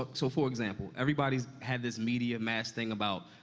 like so, for example, everybody's had this media-mass thing about,